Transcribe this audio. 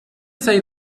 say